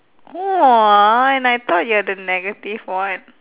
!wah! and I thought you're the negative one